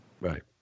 Right